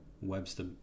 Webster